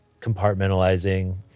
compartmentalizing